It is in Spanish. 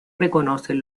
reconocen